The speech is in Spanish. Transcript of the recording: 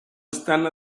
están